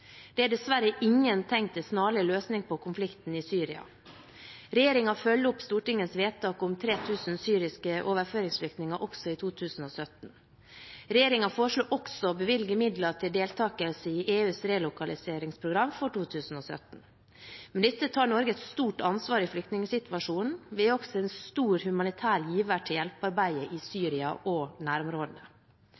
Det er dessverre ingen tegn til snarlig løsning på konflikten i Syria. Regjeringen følger opp Stortingets vedtak om 3 000 syriske overføringsflyktninger også i 2017. Regjeringen foreslår også å bevilge midler til deltakelse i EUs relokaliseringsprogram for 2017. Med dette tar Norge et stort ansvar i flyktningsituasjonen. Vi er også en stor humanitær giver til